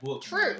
True